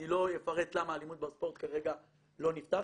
אני לא אפרט למה האלימות בספורט כרגע לא נפתח,